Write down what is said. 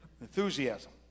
Enthusiasm